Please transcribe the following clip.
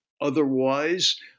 otherwise